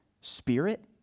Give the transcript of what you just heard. spirit